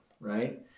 right